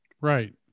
Right